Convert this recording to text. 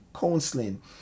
counseling